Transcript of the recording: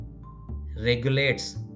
regulates